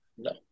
No